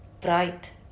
bright